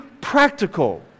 practical